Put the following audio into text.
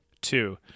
Two